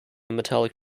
metallic